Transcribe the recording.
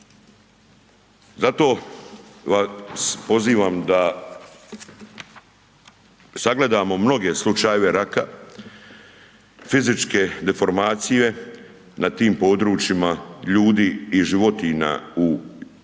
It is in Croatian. Zato vas pozivam da sagledamo mnoge slučajeve raka, fizičke deformacije na tim područjima ljudi i životinja u Americi,